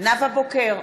נאוה בוקר,